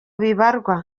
bibarwa